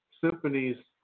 symphonies